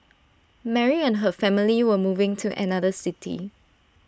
Mary and her family were moving to another city